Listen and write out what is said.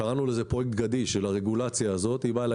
קראנו לרגולציה הזאת פרויקט גדיש היא באה אליי